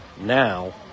Now